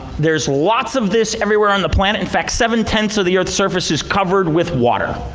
there's lots of this everywhere on the planet. in fact, seven-tenths of the earth's surface is covered with water.